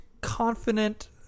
confident